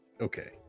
okay